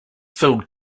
filled